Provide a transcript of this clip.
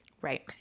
right